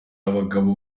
abagabo